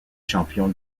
champion